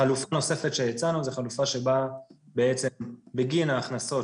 חלופה נוספת שהצענו זו חלופה שבה בעצם בגין ההכנסות